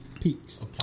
Peaks